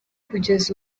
kugeza